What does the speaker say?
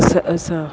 सः सः